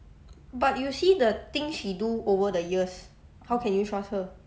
but you see the things she do over the years how can you trust her